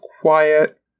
quiet